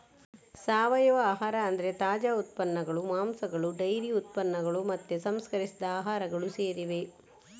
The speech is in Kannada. ಸಾವಯವ ಆಹಾರ ಅಂದ್ರೆ ತಾಜಾ ಉತ್ಪನ್ನಗಳು, ಮಾಂಸಗಳು ಡೈರಿ ಉತ್ಪನ್ನಗಳು ಮತ್ತೆ ಸಂಸ್ಕರಿಸಿದ ಆಹಾರಗಳು ಸೇರಿವೆ